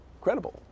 credible